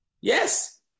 Yes